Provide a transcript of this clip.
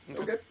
Okay